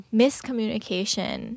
miscommunication